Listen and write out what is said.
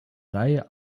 reihe